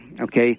okay